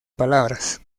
palabras